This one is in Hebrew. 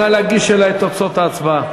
נא להגיש אלי את תוצאות ההצבעה.